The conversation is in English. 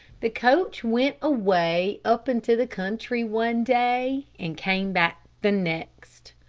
the coach went away up into the country one day, and came back the next.